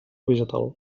vegetal